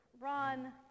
run